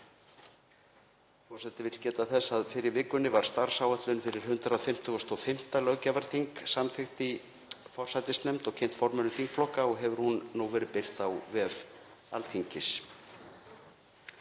Forseti vill geta þess að fyrr í vikunni var starfsáætlun fyrir 155. löggjafarþing samþykkt í forsætisnefnd og kynnt formönnum þingflokka og hefur hún nú verið birt á vef Alþingis.